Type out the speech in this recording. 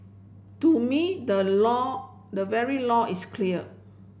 to me the law the very law is clear